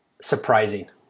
surprising